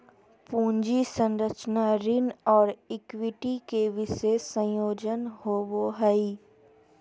पूंजी संरचना ऋण और इक्विटी के विशेष संयोजन होवो हइ